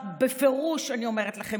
בפירוש אני אומרת לכם